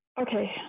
Okay